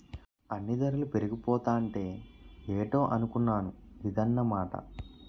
అన్నీ దరలు పెరిగిపోతాంటే ఏటో అనుకున్నాను ఇదన్నమాట